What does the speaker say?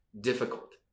difficult